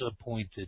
appointed